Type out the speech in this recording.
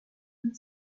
and